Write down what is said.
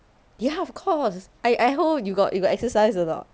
ya of course at at home you got you got exercise or not